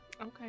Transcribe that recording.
Okay